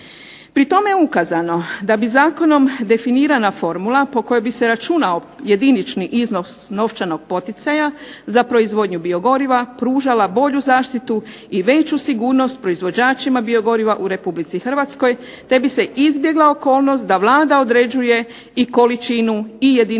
Pri tome je ukazano da bi Zakonom definirana formula po kojoj bi se računao jedinični iznos novčanog poticaja za proizvodnju biogoriva pružala bolju zaštitu i veću sigurnost proizvođačima biogoriva u Republici Hrvatskoj te bi se izbjegla okolnost da Vlada određuje i količinu i jedinični